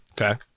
Okay